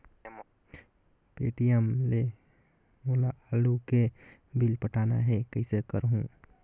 Paytm ले मोला आलू के बिल पटाना हे, कइसे करहुँ?